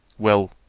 well,